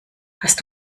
hast